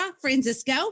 Francisco